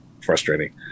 frustrating